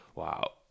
Wow